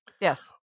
Yes